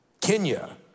Kenya